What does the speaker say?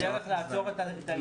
זו דרך לעצור את ההתקדמות?